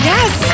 Yes